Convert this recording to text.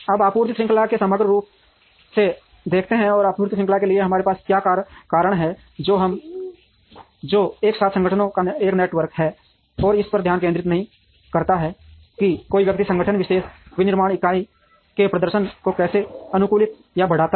अब आपूर्ति श्रृंखला को समग्र रूप से देखने और आपूर्ति श्रृंखला के लिए हमारे पास क्या कारण हैं जो एक साथ संगठनों का एक नेटवर्क है और इस पर ध्यान केंद्रित नहीं करता है कि कोई व्यक्ति संगठन विशेष विनिर्माण इकाई के प्रदर्शन को कैसे अनुकूलित या बढ़ाता है